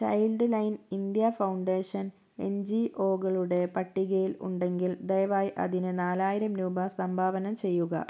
child line India foundation N G ഒകളുടെ പട്ടികയിൽ ഉണ്ടെങ്കിൽ ദയവായി അതിന് നാലായിരം രൂപ സംഭാവന ചെയ്യുക